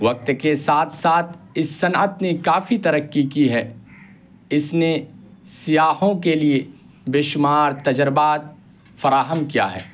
وقت کے ساتھ ساتھ اس صنعت نے کافی ترقی کی ہے اس نے سیاحوں کے لیے بے شمار تجربات فراہم کیا ہے